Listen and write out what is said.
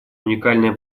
уникальная